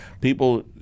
People